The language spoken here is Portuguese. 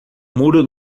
muro